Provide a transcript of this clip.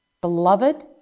Beloved